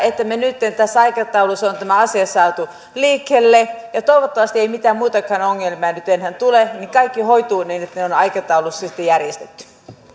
että me nytten tässä aikataulussa olemme tämän asian saaneet liikkeelle ja ja toivottavasti ei mitään muitakaan ongelmia nyt enää tule ja kaikki hoituu niin että se on aikataulullisesti järjestetty